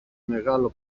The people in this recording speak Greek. μεγάλο